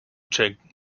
cheng